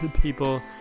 people